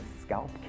scalp